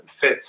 fits